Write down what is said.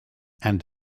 and